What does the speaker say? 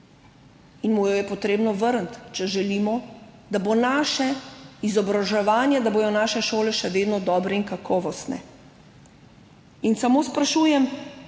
in mu jo je potrebno vrniti, če želimo, da bo naše izobraževanje, da bodo naše šole še vedno dobre in kakovostne. In samo sprašujem,